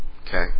Okay